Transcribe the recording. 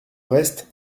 reste